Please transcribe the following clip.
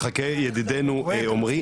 מחכה ידידנו עומרי,